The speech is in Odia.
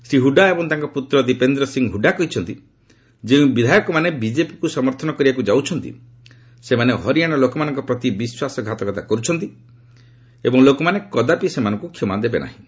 ଶ୍ରୀ ହୁଡ୍ଡା ଏବଂ ତାଙ୍କ ପୁତ୍ର ଦୀପେନ୍ଦ୍ର ସିଂହ ହୁଡ୍ଡା କହିଛନ୍ତି ଯେଉଁ ବିଧାୟକମାନେ ବିଜେପିକୁ ସମର୍ଥନ କରିବାକୁ ଯାଉଛନ୍ତି ସେମାନେ ହରିଆଣା ଲୋକମାନଙ୍କ ପ୍ରତି ବିଶ୍ୱାସଘାତକତା କରୁଛନ୍ତି ଏବଂ ଲୋକମାନେ କଦାପି ସେମାନଙ୍କୁ କ୍ଷମା ଦେବେ ନାହିଁ